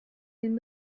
den